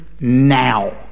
now